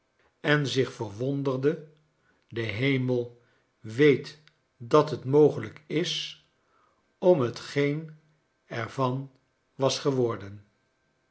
en zich verwonderde de hemel weet dat het mogelijk is om t geen er van was geworden